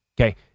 Okay